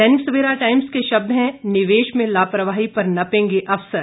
दैनिक Savera Times के शब्द हैं निवेश में लापरवाही पर नपेंगे अफसर